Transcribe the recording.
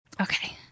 Okay